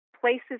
places